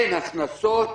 אין הכנסות.